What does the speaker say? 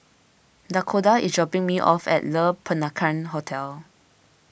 Dakoda is dropping me off at Le Peranakan Hotel